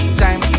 time